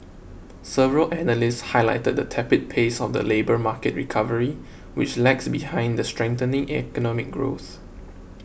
several analysts highlighted the tepid pace of the labour market recovery which lags behind the strengthening economic growth